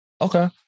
okay